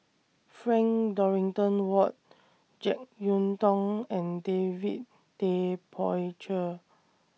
Frank Dorrington Ward Jek Yeun Thong and David Tay Poey Cher